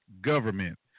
government